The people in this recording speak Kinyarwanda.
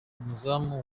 umunyezamu